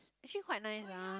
actually quite nice lah